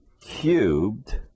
cubed